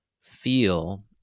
feel